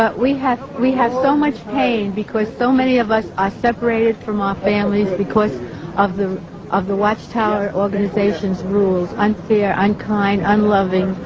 but we have we have so much pain because so many of us are separated from our families. because of the of the watchtower's organizations rules. unfair, unkind, unloving,